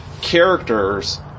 characters